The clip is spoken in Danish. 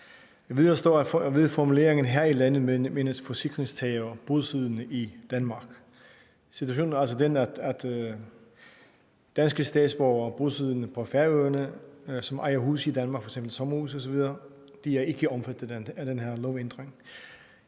at med formuleringen her i landet menes forsikringstagere bosiddende i Danmark. Situationen er altså den, at danske statsborgere bosiddende på Færøerne, som ejer hus i Danmark, f.eks. sommerhus osv., ikke er omfattet af den her lovændring.